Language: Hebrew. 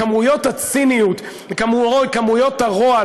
כמויות הציניות וכמויות הרוע,